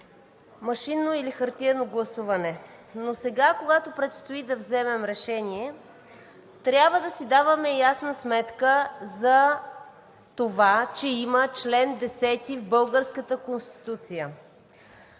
машинно или хартиено гласуване. Но сега, когато предстои да вземем решение, трябва да си даваме ясна сметка за това, че има чл. 10 в българската Конституция.